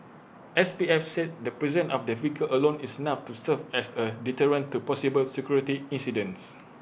S P F said the presence of the vehicle alone is enough to serve as A deterrent to possible security incidents